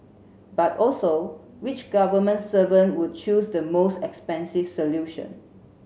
but also which government servant would choose the most expensive solution